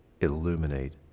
illuminate